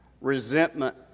resentment